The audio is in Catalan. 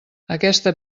aquesta